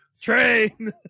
train